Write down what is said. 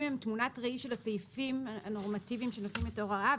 הם תמונת ראי של הסעיפים הנורמטיביים שנותנים את ההוראה.